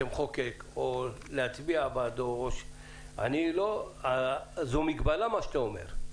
כמחוקק, או להצביע בעדו, זו מגבלה מה שאתה אומר.